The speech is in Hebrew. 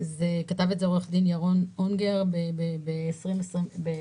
שכתב עו"ד ירון אונגר ב-2010.